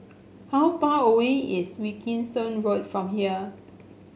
how far away is Wilkinson Road from here